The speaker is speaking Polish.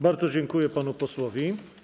Bardzo dziękuję panu posłowi.